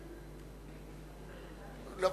לא.